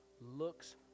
looks